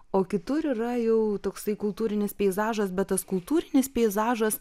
o kitur yra jau toksai kultūrinis peizažas bet tas kultūrinis peizažas